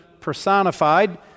personified